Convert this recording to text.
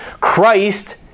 Christ